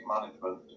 management